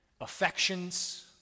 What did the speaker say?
Affections